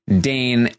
Dane